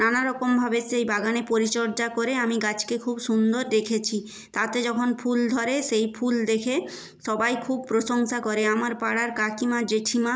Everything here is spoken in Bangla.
নানা রকমভাবে সেই বাগানে পরিচর্যা করে আমি গাছকে খুব সুন্দর রেখেছি তাতে যখন ফুল ধরে সেই ফুল দেখে সবাই খুব প্রশংসা করে আমার পাড়ার কাকিমা জেঠিমা